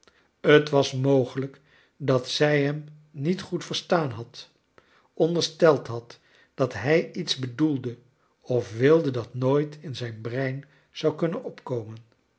t was mogelijk da zij hem niet goed verstaan had ondersteld had dat hij iets bedoelde of wilde dat nooit in zijn brein zou kunnen opkomen